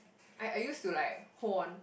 I I used to like hold on